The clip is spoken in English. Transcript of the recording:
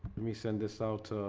let me send this out